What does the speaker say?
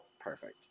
Perfect